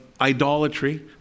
idolatry